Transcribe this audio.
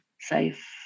safe